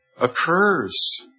occurs